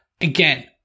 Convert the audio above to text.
Again